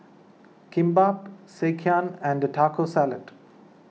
Kimbap Sekihan and Taco Salad